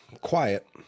Quiet